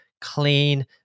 clean